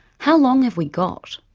how long have we got?